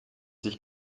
sich